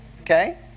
Okay